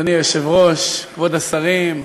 אדוני היושב-ראש, כבוד השרים,